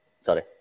Sorry